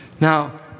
Now